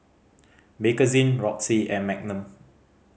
Bakerzin Roxy and Magnum